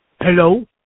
Hello